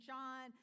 John